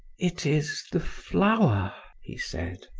it is the flower, he said.